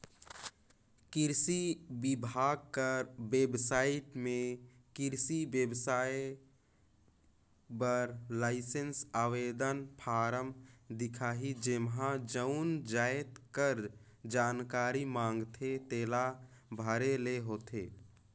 किरसी बिभाग कर बेबसाइट में किरसी बेवसाय बर लाइसेंस आवेदन फारम दिखही जेम्हां जउन जाएत कर जानकारी मांगथे तेला भरे ले होथे